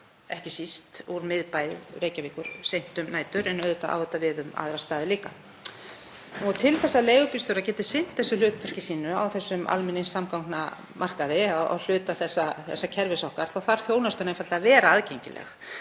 er á leið úr miðbæ Reykjavíkur seint um nætur og auðvitað á það við um aðra staði líka. Til þess að leigubílstjórar geti sinnt hlutverki sínu á þessum almenningssamgangnamarkaði, á hluta þessa kerfis okkar, þarf þjónustan einfaldlega að vera aðgengileg.